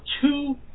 two